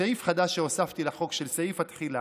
סעיף חדש שהוספתי לחוק של סעיף התחילה,